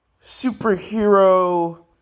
superhero